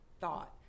thought